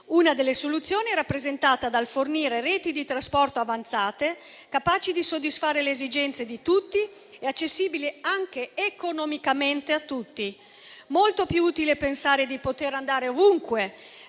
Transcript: Una delle soluzioni è rappresentata dal fornire reti di trasporto avanzate, capaci di soddisfare le esigenze di tutti e accessibili anche economicamente a tutti. Molto più utile pensare di poter andare ovunque,